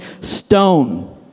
stone